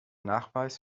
nachweis